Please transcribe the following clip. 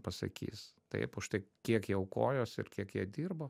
pasakys taip už tai kiek jie aukojosi ir kiek jie dirbo